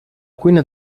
cuina